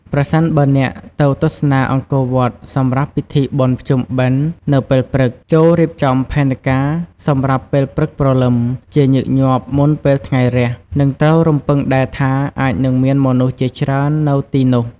ប្រសិនបើអ្នកទៅទស្សនាអង្គរវត្តសម្រាប់ពិធីបុណ្យភ្ជុំបិណ្ឌនៅពេលព្រឹក ចូររៀបចំផែនការសម្រាប់ពេលព្រឹកព្រលឹម (ជាញឹកញាប់មុនពេលថ្ងៃរះ) និងត្រូវរំពឹងដែរថាអាចនឹងមានមនុស្សជាច្រើននៅទីនោះ។